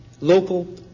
local